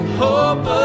hope